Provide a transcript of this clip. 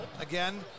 Again